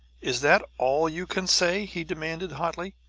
is that all you can say? he demanded hotly.